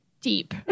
deep